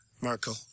Merkel